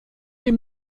dem